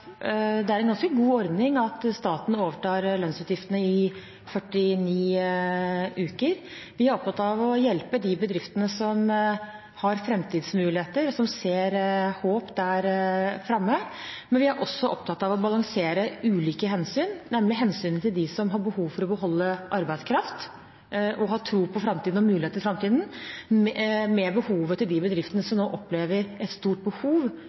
det er en ganske god ordning at staten overtar lønnsutgiftene i 49 uker. Vi er opptatt av å hjelpe de bedriftene som har framtidsmuligheter, og som har håp der framme, men vi er også opptatt av å balansere ulike hensyn, nemlig hensynet til dem som har behov for å beholde arbeidskraft og har tro på framtiden og muligheter i framtiden, med hensynet til de bedriftene som nå opplever et stort behov